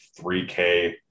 3K